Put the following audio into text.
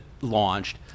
launched